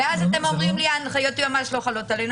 ואז אתם אומרים: הנחיות היועמ"ש לא חלות עלינו,